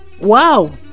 Wow